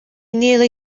nearly